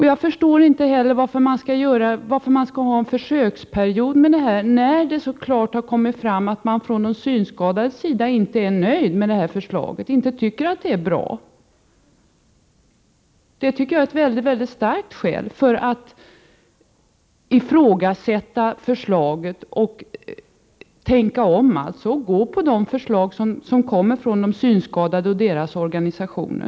Jag förstår inte heller varför man skall ha en försöksperiod med det här när det så klart kommit fram att de synskadade inte är nöjda med förslaget, inte tycker att det är bra. Det tycker jag är ett mycket starkt skäl att ifrågasätta förslaget, tänka om och stödja de förslag som kommer från de synskadade och deras organisationer.